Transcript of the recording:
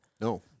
No